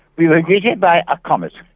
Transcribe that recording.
we were greeted by a comet,